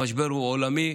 המשבר הוא עולמי,